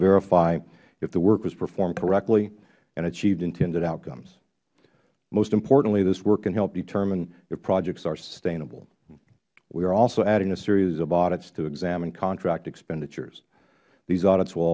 verify if the work was performed correctly and achieved intended outcomes most importantly this work can help determine if projects are sustainable we are also adding a series of audits to examine contract expenditures these audits will